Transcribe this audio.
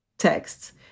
texts